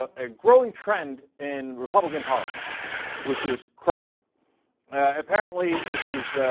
ah a growing trend and republican politics which is cry i apparently this is